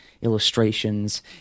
illustrations